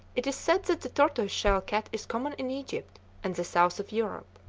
it is said that the tortoise-shell cat is common in egypt and the south of europe.